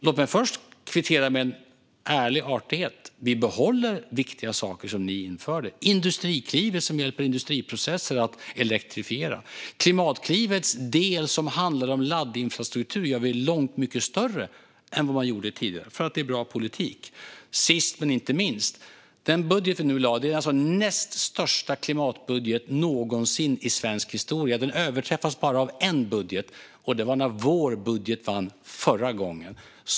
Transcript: Låt mig kvittera med en ärlig artighet. Vi behåller viktiga saker som ni införde. Det är Industriklivet, som hjälper till att elektrifiera industriprocesser. Klimatklivets del som handlar om laddinfrastruktur gör vi långt mycket större än tidigare - därför att det är bra politik. Sist men inte minst: Den budget vi har lagt fram är den näst största klimatbudgeten någonsin i svensk historia. Den överträffas bara av en budget, nämligen när vår budget vann förra gången.